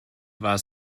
war